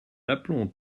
l’aplomb